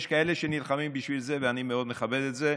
יש כאלה שנלחמים בשביל זה, ואני מאוד מכבד את זה.